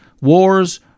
wars